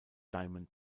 diamond